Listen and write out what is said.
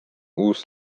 uus